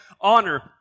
honor